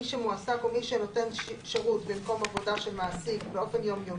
מי שמועסק ומי שנותן שירות במקום עבודה של מעסיק באופן יומיומי,